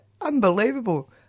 Unbelievable